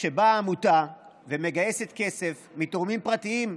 שבאה עמותה ומגייסת כסף מתורמים פרטיים,